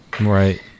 Right